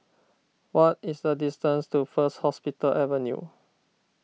what is the distance to First Hospital Avenue